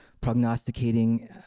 prognosticating